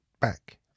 back